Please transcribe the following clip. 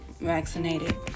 vaccinated